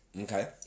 Okay